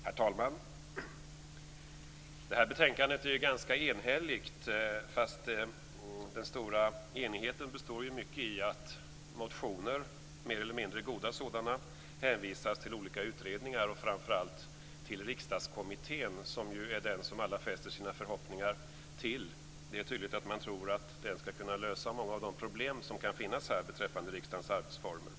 Herr talman! Det här betänkandet är ganska enhälligt. Men den stora enigheten består ju mycket i att motioner - mer eller mindre goda sådana - hänvisas till olika utredningar och framför allt till Riksdagskommittén som alla fäster sina förhoppningar till. Det är tydligt att man tror att den skall kunna lösa många av de problem som kan finnas beträffande bl.a. riksdagens arbetsformer.